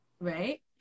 right